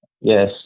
yes